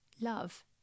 love